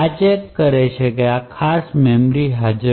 આ ચેક કરે છે કે આ ખાસ મેમરી હાજર છે